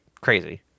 Crazy